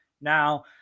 Now